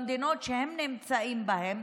במדינות שהם נמצאים בהן,